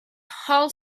hall